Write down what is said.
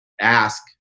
ask